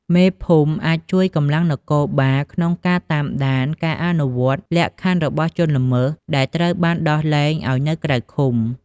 មេភូមិអាចជួយកម្លាំងនគរបាលក្នុងការតាមដានការអនុវត្តលក្ខខណ្ឌរបស់ជនល្មើសដែលត្រូវបានដោះលែងឲ្យនៅក្រៅឃុំ។